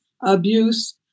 abuse